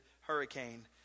hurricane